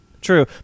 True